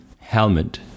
helmet